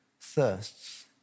thirsts